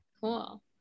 Cool